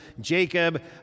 Jacob